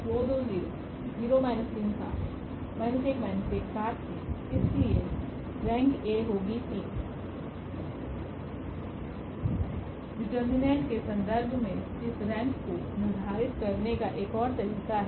determinant के संदर्भ में इस रेंक को निर्धारित करने का एक और तरीका है